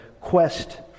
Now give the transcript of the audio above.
quest